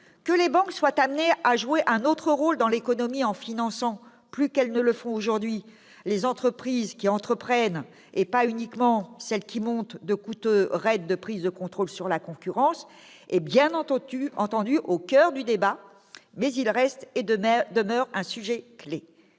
Que les banques soient amenées à jouer un autre rôle dans l'économie en finançant davantage qu'elles ne le font aujourd'hui les entreprises qui entreprennent, et pas uniquement celles qui montent de coûteux raids de prise de contrôle sur la concurrence, est bien entendu au coeur du débat. Mais il reste et demeure un sujet clef